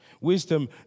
Wisdom